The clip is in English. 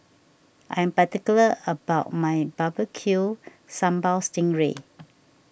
I am particular about my Barbecue Sambal Sting Ray